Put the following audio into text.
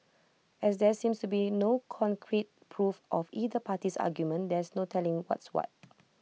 as there seems to be no concrete proof of either party's argument there's no telling what's what